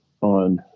on